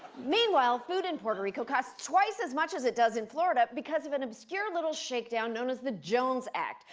meanwhile, food in puerto rico costs twice as much as it does in florida because of an obscure little shakedown known as the jones act,